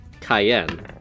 Cayenne